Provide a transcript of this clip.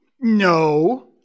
No